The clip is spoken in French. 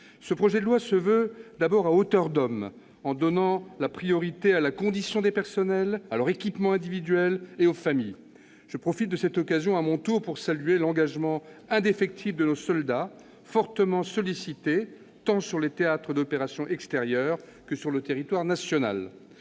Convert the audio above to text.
Ce projet de loi se veut d'abord « à hauteur d'homme », en donnant la priorité à la condition des personnels, à leur équipement individuel et aux familles. Je profite de cette occasion pour saluer l'engagement indéfectible de nos soldats, fortement sollicités, tant sur les théâtres d'opérations extérieures que sur le territoire national.